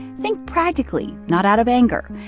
think practically, not out of anger.